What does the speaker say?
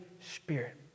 Spirit